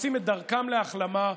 העושים את דרכם להחלמה,